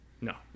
No